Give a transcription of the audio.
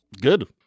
Good